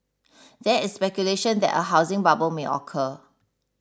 there is speculation that a housing bubble may occur